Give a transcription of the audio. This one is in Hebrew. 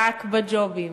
רק בג'ובים,